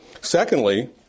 Secondly